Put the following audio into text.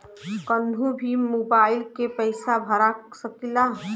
कन्हू भी मोबाइल के पैसा भरा सकीला?